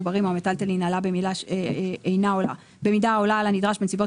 המחוברים או המיטלטלין עלה במידה העולה על הנדרש בנסיבות